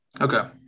Okay